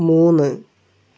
മൂന്ന്